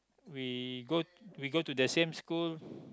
we go we go to the same school